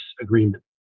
agreement